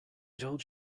told